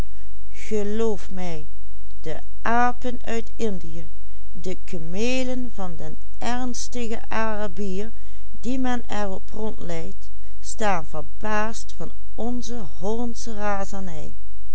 den ernstigen arabier die men er op rondleidt staan verbaasd van onze hollandsche razernij